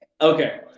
Okay